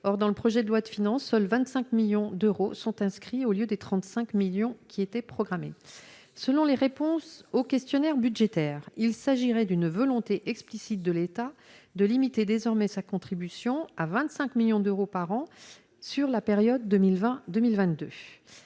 or dans le projet de loi de finances, seuls 25 millions d'euros sont inscrits au lieu des 35 millions qui étaient, selon les réponses au questionnaire budgétaire, il s'agirait d'une volonté explicite de l'État de limiter désormais sa contribution à 25 millions d'euros par an sur la période 2020, 2022